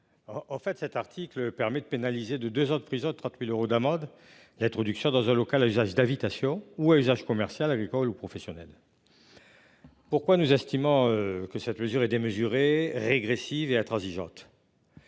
En fait cet article permet de pénaliser de 2 ans de prison et 30.000 euros d'amende l'être séduction dans un local à usage David station ou à usage commercial agricole ou professionnel. Pourquoi nous estimant que cette mesure est démesurée régressive et intransigeante.